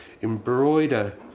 embroider